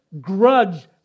grudge